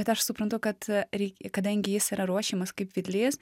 bet aš suprantu kad reik kadangi jis yra ruošiamas kaip vedlys